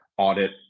Audit